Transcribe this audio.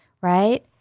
right